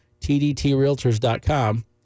tdtrealtors.com